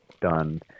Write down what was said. done